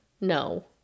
no